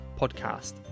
podcast